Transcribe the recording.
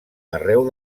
arreu